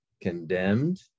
condemned